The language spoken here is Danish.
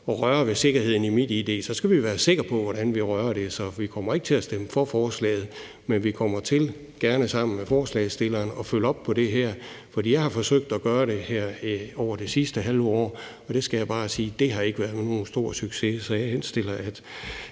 at røre ved sikkerheden i MitID, skal vi være sikre på, hvordan det er, vi rører ved det. Så vi kommer ikke til at stemme for forslaget, men vi kommer til, gerne sammen med forslagsstilleren, at følge op på det her, for jeg har forsøgt at gøre det her over det sidste halve år, og det skal jeg bare sige har ikke været nogen stor succes. Så jeg henstiller